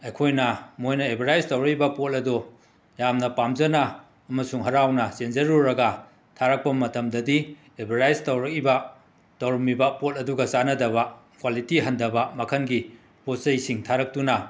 ꯑꯩꯈꯣꯏꯅ ꯃꯣꯏꯅ ꯑꯦꯕꯔꯗꯥꯏꯁ ꯇꯧꯔꯛꯏꯕ ꯄꯣꯠ ꯑꯗꯣ ꯌꯥꯝꯅ ꯄꯥꯝꯖꯅ ꯑꯃꯁꯨꯡ ꯍꯔꯥꯎꯅ ꯆꯦꯟꯖꯔꯨꯔꯒ ꯊꯥꯔꯛꯄ ꯃꯇꯝꯗꯗꯤ ꯑꯦꯕꯔꯗꯥꯏꯁ ꯇꯧꯔꯛꯏꯕ ꯇꯧꯔꯝꯃꯤꯕ ꯄꯣꯠ ꯑꯗꯨꯒ ꯆꯥꯟꯅꯗꯕ ꯀ꯭ꯋꯥꯂꯤꯇꯤ ꯍꯟꯗꯕ ꯃꯈꯟꯒꯤ ꯄꯣꯠꯆꯩꯁꯤꯡ ꯊꯥꯔꯛꯇꯨꯅ